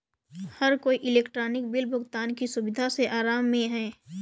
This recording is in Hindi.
हर कोई इलेक्ट्रॉनिक बिल भुगतान की सुविधा से आराम में है